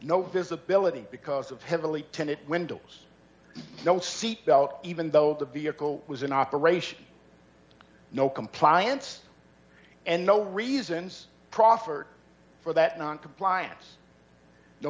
no visibility because of heavily tinted windows no seat belt even though the vehicle was in operation no compliance and no reasons proffered for that noncompliance no